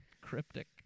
cryptic